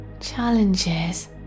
Challenges